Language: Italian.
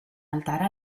altare